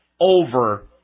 over